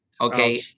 Okay